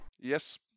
Yes